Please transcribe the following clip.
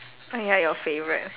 oh ya your favourite